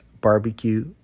barbecue